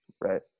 Right